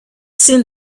seen